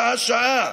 שעה-שעה,